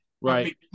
right